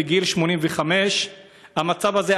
בגיל 85. המצב הזה,